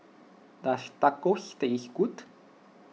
does Tacos tastes good